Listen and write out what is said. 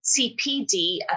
CPD